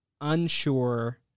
unsure